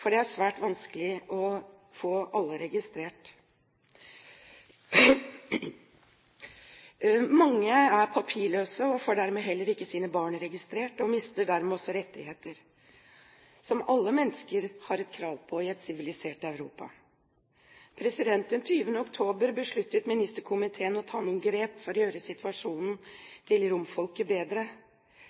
for det er svært vanskelig å få alle registrert. Mange er papirløse og får heller ikke sine barn registrert. De mister dermed også rettigheter som alle mennesker har krav på i et sivilisert Europa. Den 20. oktober besluttet ministerkomiteen å ta noen grep for å gjøre situasjonen til romfolket bedre.